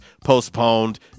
postponed